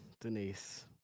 Denise